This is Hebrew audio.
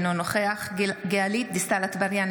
אינו נוכח גלית דיסטל אטבריאן,